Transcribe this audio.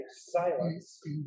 silence